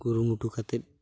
ᱠᱩᱨᱩᱢᱩᱴᱩ ᱠᱟᱛᱮᱫ